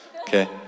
okay